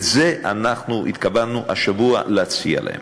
את זה אנחנו התכוונו השבוע להציע להם.